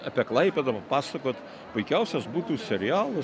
apie klaipėdą pasakot puikiausias būtų serialas